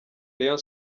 rayon